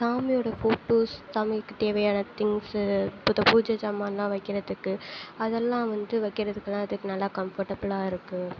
சாமியோட ஃபோட்டோஸ் சாமிக்கு தேவையான திங்க்ஸு புது பூஜை சாமான்லாம் வைக்கிறதுக்கு அதெல்லாம் வந்து வைக்கிறதுக்குலாம் அதுக்கு நல்லா கம்ஃபோர்ட்டப்பிலாக இருக்குது